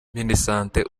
minisante